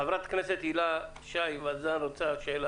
חברת הכנסת וזאן, בבקשה.